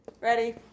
Ready